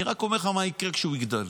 אני רק אומר לך מה יקרה כשהוא יגדל: